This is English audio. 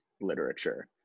literature